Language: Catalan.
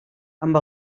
amb